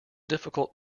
difficult